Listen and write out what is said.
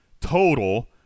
total